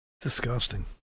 Disgusting